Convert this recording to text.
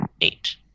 eight